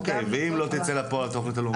אוקיי, ואם לא תצא לפועל התוכנית הלאומית?